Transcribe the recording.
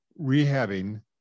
rehabbing